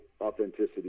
authenticity